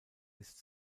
ist